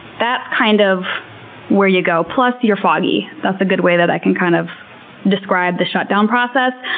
that's kind of where you go. plus you're foggy. that's a good way that i can kind of describe the shutdown process,